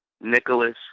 Nicholas